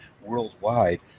worldwide